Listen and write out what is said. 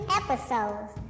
episodes